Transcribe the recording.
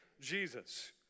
Jesus